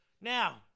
now